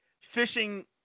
fishing